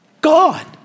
God